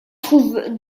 trouve